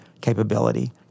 capability